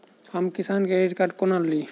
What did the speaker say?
हम Kisan credit card कोना ली?